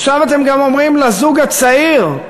עכשיו אתם גם אומרים לזוג הצעיר,